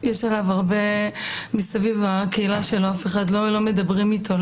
אף אחד סביבו בקהילה שלא לא מדברים איתו,